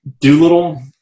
Doolittle